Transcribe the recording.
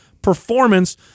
Performance